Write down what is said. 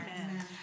Amen